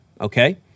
okay